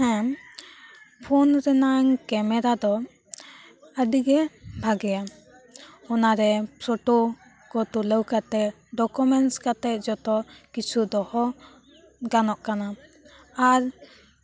ᱦᱮᱸ ᱯᱷᱳᱱ ᱨᱮᱱᱟᱝ ᱠᱮᱢᱮᱨᱟ ᱫᱚ ᱟᱹᱰᱤᱜᱮ ᱵᱷᱟᱜᱮᱭᱟ ᱚᱱᱟᱨᱮ ᱯᱷᱳᱴᱳ ᱠᱚ ᱛᱩᱞᱟᱹᱣ ᱠᱟᱛᱮᱫ ᱰᱚᱠᱳᱢᱮᱱᱴᱥ ᱠᱟᱛᱮᱫ ᱡᱚᱛᱚ ᱠᱤᱪᱷᱩ ᱫᱚᱦᱚ ᱜᱟᱱᱚᱜ ᱠᱟᱱᱟ ᱟᱨ